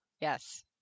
Yes